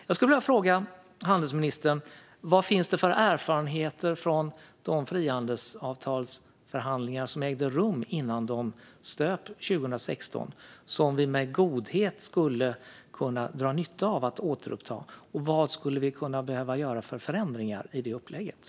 Jag skulle vilja fråga handelsministern vad det finns för erfarenheter från de frihandelsavtalsförhandlingar som ägde rum innan förhandlingarna stöp 2016 som vi skulle kunna ha nytta av. Och vad skulle vi behöva göra för förändringar i det upplägget?